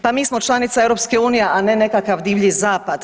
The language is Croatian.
Pa mi smo članica EU, a ne nekakav divlji zapad.